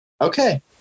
Okay